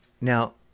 Now